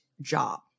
job